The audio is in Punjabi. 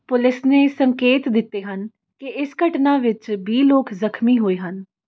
ਪੁਲਿਸ ਨੇ ਸੰਕੇਤ ਦਿੱਤੇ ਹਨ ਕਿ ਇਸ ਘਟਨਾ ਵਿੱਚ ਵੀਹ ਲੋਕ ਜ਼ਖਮੀ ਹੋਏ ਹਨ